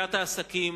סוגיית העסקים,